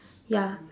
ya